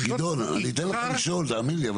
אני אתן לך לשאול, תאמין לי.